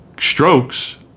strokes